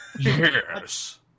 Yes